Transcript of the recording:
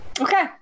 Okay